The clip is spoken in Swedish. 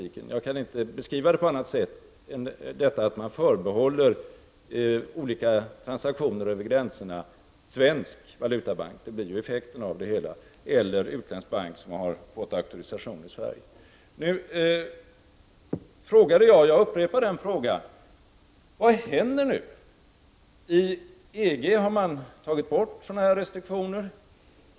På annat sätt kan jag inte beskriva det faktum att man förbehåller svensk valutabank eller utländsk bank som har fått auktorisation i Sverige olika transaktioner över gränserna — det blir ju effekten av det hela. Jag frågade, och jag upprepar den frågan: Vad händer nu? I EG har man tagit bort sådana restriktioner.